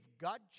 God